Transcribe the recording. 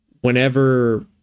whenever